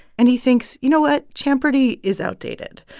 and he thinks you know what? champerty is outdated.